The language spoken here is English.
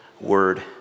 word